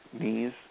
knees